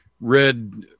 read